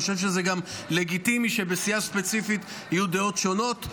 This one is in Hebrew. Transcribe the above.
אני חושב שזה גם לגיטימי שבסיעה ספציפית יהיו דעות שונות.